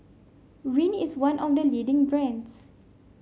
rene is one of the leading brands